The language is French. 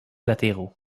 latéraux